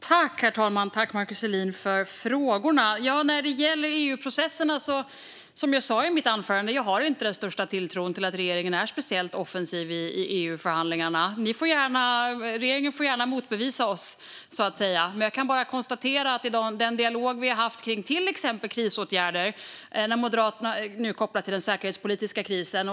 Herr talman! Tack, Markus Selin, för frågorna! När det gäller EU-processerna har jag inte, som jag sa i mitt anförande, den största tilltron till att regeringen är speciellt offensiv i EU-förhandlingarna. Regeringen får gärna motbevisa oss. Men jag kan bara konstatera hur det har varit i den dialog vi har haft kring till exempel krisåtgärder, kopplat till den säkerhetspolitiska krisen.